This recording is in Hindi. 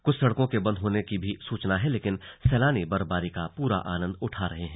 कुछ सड़कों के बंद होने की भी सूचना है लेकिन सैलानी बर्फबारी का पूरा आनंद उठा रहे हैं